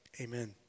amen